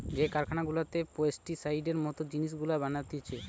যে কারখানা গুলাতে পেস্টিসাইডের মত জিনিস গুলা বানাতিছে